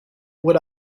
would